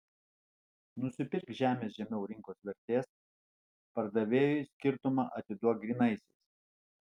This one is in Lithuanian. nusipirk žemės žemiau rinkos vertės pardavėjui skirtumą atiduok grynaisiais